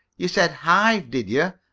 you said hive, did you?